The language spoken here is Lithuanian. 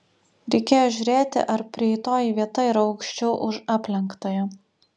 reikėjo žiūrėti ar prieitoji vieta yra aukščiau už aplenktąją